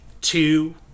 two